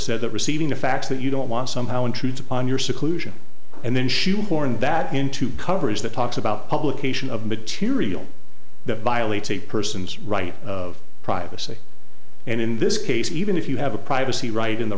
said that receiving a fax that you don't want somehow intrudes upon your seclusion and then shoehorn that into coverage that talks about publication of material that violates a person's right of privacy and in this case even if you have a privacy right in the